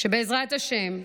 בעזרת השם,